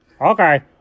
Okay